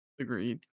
agreed